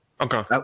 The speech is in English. Okay